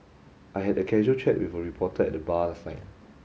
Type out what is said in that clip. I had a casual chat with reporter at the bar last night